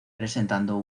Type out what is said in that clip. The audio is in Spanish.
presentando